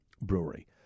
Brewery